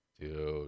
dude